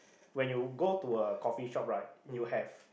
when you go to a coffee shop right you have